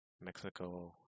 Mexico